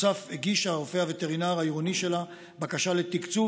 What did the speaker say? נוסף על כך הגיש הרופא הווטרינר העירוני שלה בקשה לתקצוב